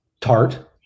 tart